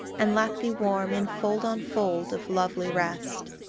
and lap thee warm in fold on fold of lovely rest.